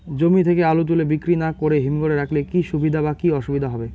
জমি থেকে আলু তুলে বিক্রি না করে হিমঘরে রাখলে কী সুবিধা বা কী অসুবিধা হবে?